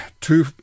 Two